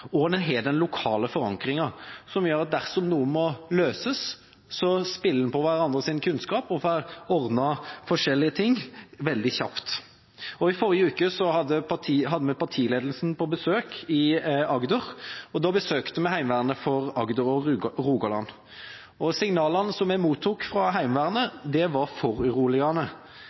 og har den lokale forankringen, som gjør at dersom noe må løses, spiller en på hverandres kunnskap og får ordnet forskjellige ting veldig kjapt. I forrige uke hadde vi partiledelsen på besøk i Agder, og da besøkte vi Heimevernet for Agder og Rogaland. Signalene som vi mottok fra Heimevernet, var foruroligende.